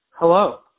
Hello